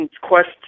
quest